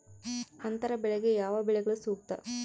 ಅಂತರ ಬೆಳೆಗೆ ಯಾವ ಬೆಳೆಗಳು ಸೂಕ್ತ?